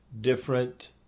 different